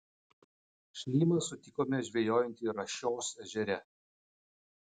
šlymą sutikome žvejojantį rašios ežere